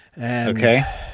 Okay